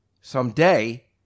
someday